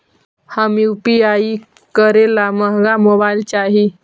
हम यु.पी.आई करे ला महंगा मोबाईल चाही?